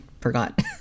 forgot